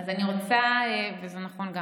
גם זה נכון.